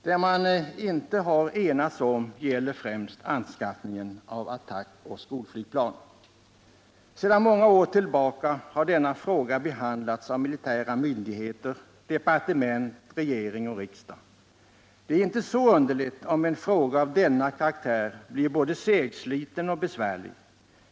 Det vi inte har enats om är främst anskaffningen av attackoch skolflygplan. I många år har denna fråga behandlats av militära myndigheter, departement, regering och riksdag. Det är inte så underligt om en fråga av denna karaktär blir både segsliten och besvärlig.